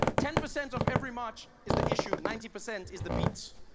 ten present of every march is the issue ninety present is the beat